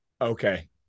Okay